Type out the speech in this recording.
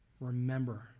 Remember